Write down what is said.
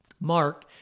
mark